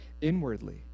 inwardly